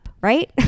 right